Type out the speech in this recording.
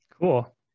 Cool